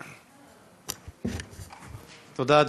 תודה,